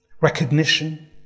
recognition